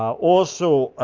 also,